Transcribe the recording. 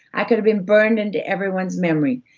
i could've been burned into everyone's memory.